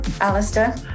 Alistair